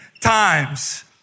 times